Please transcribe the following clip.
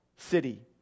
City